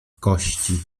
kości